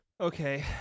Okay